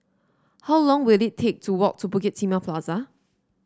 how long will it take to walk to Bukit Timah Plaza